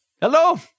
hello